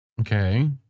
Okay